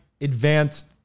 advanced